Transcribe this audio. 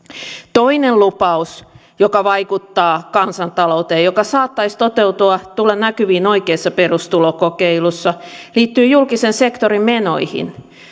toinen lupaus joka vaikuttaa kansantalouteen ja joka saattaisi toteutua tulla näkyviin oikeassa perustulokokeilussa liittyy julkisen sektorin menoihin